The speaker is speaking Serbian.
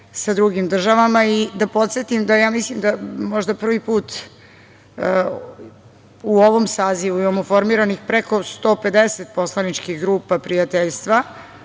sa drugim državama i da podsetim da mislim da možda prvi put u ovom sazivu imamo formiranih preko 150 poslaničkih grupa prijateljstva,